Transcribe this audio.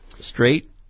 straight